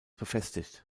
befestigt